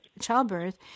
childbirth